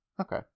Okay